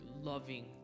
loving